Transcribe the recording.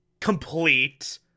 complete